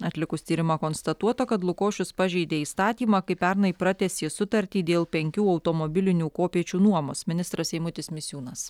atlikus tyrimą konstatuota kad lukošius pažeidė įstatymą kai pernai pratęsė sutartį dėl penkių automobilinių kopėčių nuomos ministras eimutis misiūnas